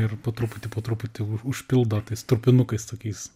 ir po truputį po truputį užpildo tais trupinukais tokiais